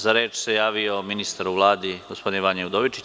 Za reč se javio ministar u Vladi, gospodin Vanja Udovičić.